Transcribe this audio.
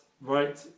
right